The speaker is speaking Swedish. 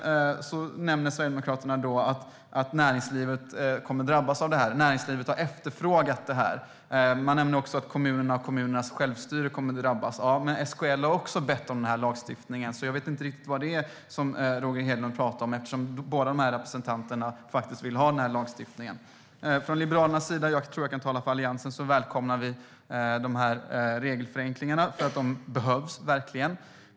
Sverigedemokraterna nämner att näringslivet kommer att drabbas av detta. I själva verket har näringslivet efterfrågat detta! Man nämner också att kommunerna och kommunernas självstyre kommer att drabbas. Men SKL har också bett om denna lagstiftning, så jag vet inte riktigt vad det är som Roger Hedlund pratar om, eftersom båda dessa representanter faktiskt vill ha den här lagstiftningen. Från Liberalernas sida - och jag tror att jag kan tala för Alliansen - välkomnar vi dessa regelförenklingar. De behövs verkligen.